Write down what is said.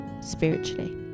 Spiritually